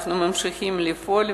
אנחנו ממשיכים לפעול,